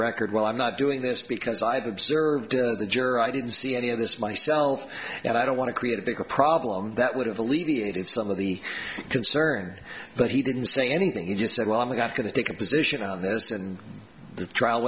record well i'm not doing this because i've observed the juror i didn't see any of this myself and i don't want to create a bigger problem that would have alleviated some of the concern but he didn't say anything he just said well i'm not going to take a position on this and t